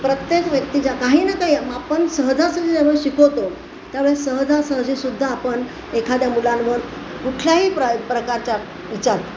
प्रत्येक व्यक्तीच्या काही ना काही आपण सहजासहजी जेव्हा शिकवतो त्यावेळेस सहजासहजीसुद्धा आपण एखाद्या मुलांवर कुठल्याही प्र प्रकारच्या विचारतो